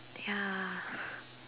ya